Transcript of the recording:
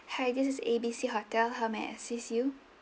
hi this is A B C hotel how may I assist you